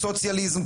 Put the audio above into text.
סוציאליזם,